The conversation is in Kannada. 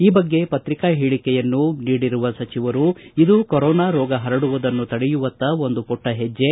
ಈ ಬಗ್ಗೆ ಪ್ರಕ್ರಿಕಾ ಹೇಳಿಕೆಯೊಂದನ್ನು ನೀಡಿರುವ ಸಚಿವರು ಇದು ಕರೋನಾ ರೋಗ ಹರಡುವುದನ್ನು ತಡೆಯುವತ್ತ ಒಂದು ಪುಟ್ವ ಹೆಜ್ಜೆ